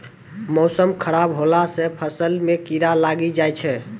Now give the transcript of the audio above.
मौसम खराब हौला से फ़सल मे कीड़ा लागी जाय छै?